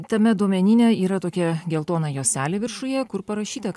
tame duomenyne yra tokia geltona juostelė viršuje kur parašyta